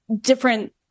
different